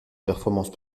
performance